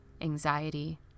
anxiety